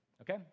Okay